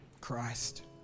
Christ